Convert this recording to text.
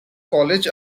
college